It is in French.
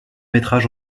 métrage